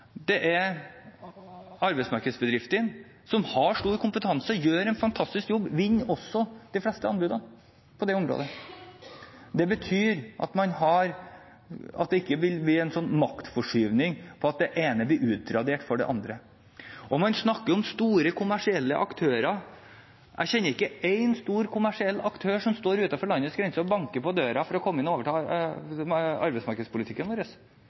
at de arbeidsmarkedsbedriftene som har høy kompetanse og gjør en god jobb, vinner også de fleste anbudene på området. Det betyr at det ikke vil bli en maktforskyvning, og at det ene utraderer det andre. Man snakker om store kommersielle aktører. Jeg kjenner ikke én stor kommersiell aktør utenfor landets grenser som står og banker på døra for å komme inn og overta arbeidsmarkedspolitikken vår.